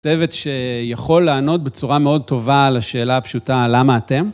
צוות ש...יכול לענות בצורה מאוד טובה, לשאלה הפשוטה "למה אתם?",